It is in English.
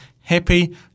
Happy